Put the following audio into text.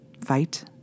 fight